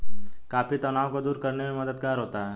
coffee तनाव को दूर करने में मददगार होता है